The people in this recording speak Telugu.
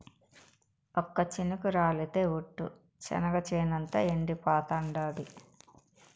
ఒక్క చినుకు రాలితె ఒట్టు, చెనిగ చేనంతా ఎండిపోతాండాది